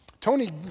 Tony